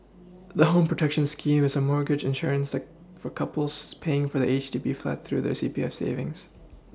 the home protection scheme is a mortgage insurance that for couples paying for their H D B flat through their C P F savings